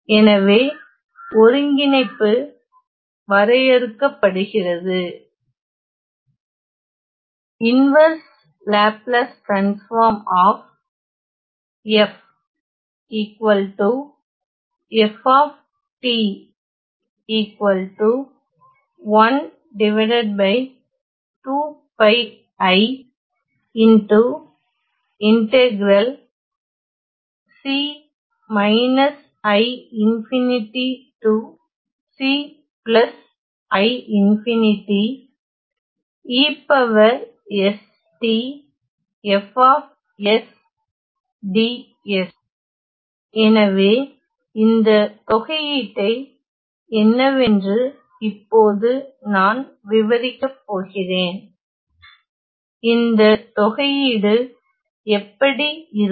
எனவே ஒருங்கிணைப்பு வரையறுக்கப்படுகிறது எனவே இந்த தொகையீட்டை என்னவென்று இப்போது நான் விவரிக்கப் போகிறேன் இந்த தொகையீடு எப்படி இருக்கும்